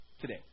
today